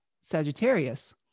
Sagittarius